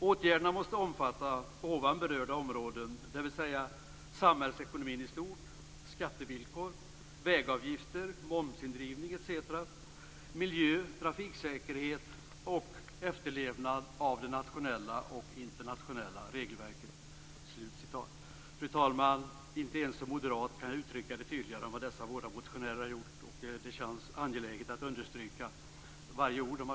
Åtgärderna måste omfatta ovan berörda områden, dvs. samhällsekonomin i stort, skattevillkor, vägavgifter, momsindrivning etc., miljö, trafiksäkerhet och efterlevnad av det nationella och internationella regelverket." Fru talman! Inte ens en moderat kan uttrycka detta tydligare än vad dessa båda motionärer har gjort. Det känns angeläget att understryka varje ord.